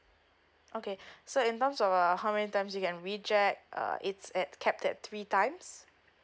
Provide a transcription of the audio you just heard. okay so in terms of uh how many times you can reject uh it's at capped at three times